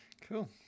Cool